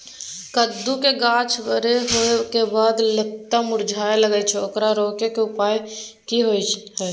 कद्दू के गाछ बर होय के बाद लत्ती मुरझाय लागे छै ओकरा रोके के उपाय कि होय है?